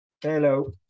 Hello